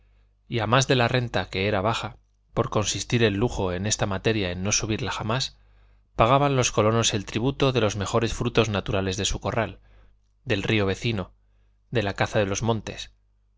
a más de la renta que era baja por consistir el lujo en esta materia en no subirla jamás pagaban los colonos el tributo de los mejores frutos naturales de su corral del río vecino de la caza de los montes